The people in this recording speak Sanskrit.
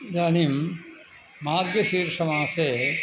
इदानीं मार्गशीर्षमासे